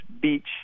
beach